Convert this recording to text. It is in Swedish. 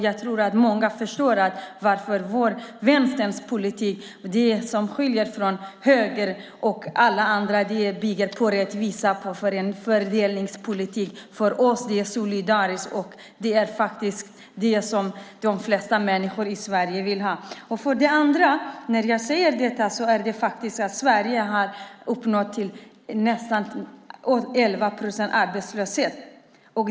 Jag tror att många förstår att det som skiljer Vänsterpartiets politik från högerpolitiken är att den bygger på rättvisa, på en fördelningspolitik. För oss är det en fråga om solidaritet, vilket de flesta människor i Sverige vill ha. När jag säger detta är det för att Sverige har en arbetslöshet på nästan 11 procent.